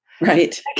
Right